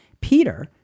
Peter